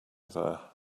there